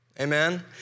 amen